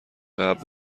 قبل